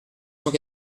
cent